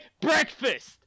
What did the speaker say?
breakfast